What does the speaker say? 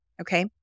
Okay